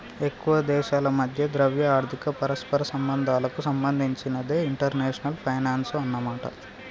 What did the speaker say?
ఎక్కువ దేశాల మధ్య ద్రవ్య ఆర్థిక పరస్పర సంబంధాలకు సంబంధించినదే ఇంటర్నేషనల్ ఫైనాన్సు అన్నమాట